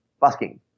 busking